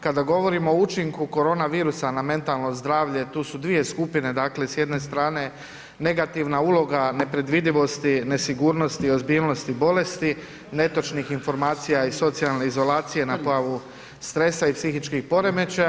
Kada govorimo o učinku koronavirusa na mentalno zdravlje, tu su dvije skupine, dakle, s jedne strane negativna uloga, nepredvidivosti, nesigurnosti, ozbiljnosti bolesti, netočnih informacija i socijalne izolacije na pojavu stresa i psihičkih poremećaja.